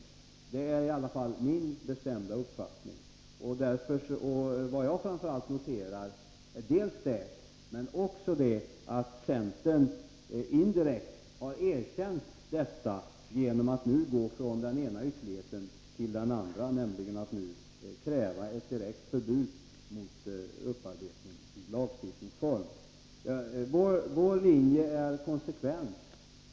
Det är i alla fall min bestämda uppfattning. Jag vill notera framför allt detta, men också det förhållandet att centern indirekt har erkänt detta genom att den nu gått från den ena ytterligheten till den andra då den kräver ett direkt förbud i lagstiftningsform mot upparbetning. Vår linje är konsekvent.